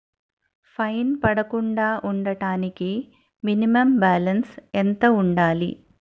Fine పడకుండా ఉండటానికి minimum balance ఎంత ఉండాలి?